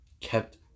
kept